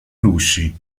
russi